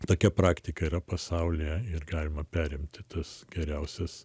tokia praktika yra pasaulyje ir galima perimti tas geriausias